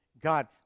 God